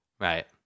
right